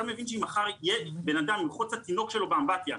אתה תבין שאם מחר אדם ירחוץ את התינוק שלו באמבטיה,